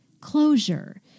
Closure